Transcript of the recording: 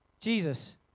Jesus